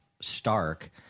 Stark